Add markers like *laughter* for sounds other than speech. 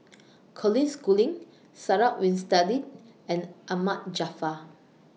*noise* Colin Schooling Sarah Winstedt and Ahmad Jaafar